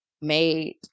made